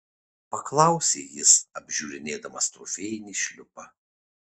paklausė jis apžiūrinėdamas trofėjinį šliupą